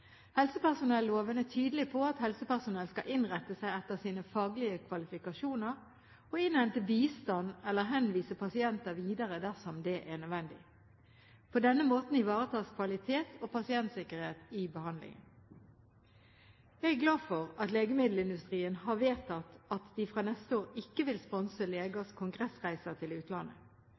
Helsepersonelloven er tydelig på at helsepersonell skal innrette seg etter sine faglige kvalifikasjoner og innhente bistand eller henvise pasienter videre dersom det er nødvendig. På denne måten ivaretas kvalitet og pasientsikkerhet i behandlingen. Jeg er glad for at legemiddelindustrien har vedtatt at de fra neste år ikke vil sponse legers kongressreiser til utlandet.